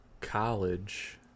college